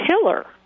pillar